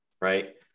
right